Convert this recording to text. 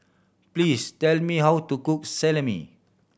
please tell me how to cook Salami